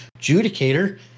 Judicator